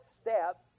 step